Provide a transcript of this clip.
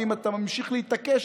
ואם אתה ממשיך להתעקש,